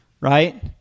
right